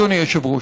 אדוני היושב-ראש,